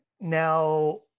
Now